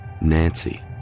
Nancy